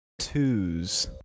twos